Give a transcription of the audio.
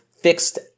fixed